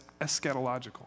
eschatological